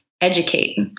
educate